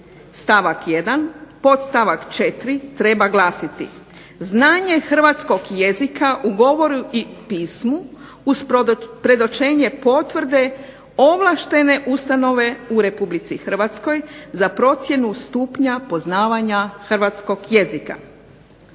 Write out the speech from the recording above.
stavak 1. podstavak 4. treba glasiti, znanje hrvatskog jezika u govoru i pismu uz predočenje potvrde ovlaštenje ustanove u RH za procjenu stupnja poznavanja hrvatskog jezika.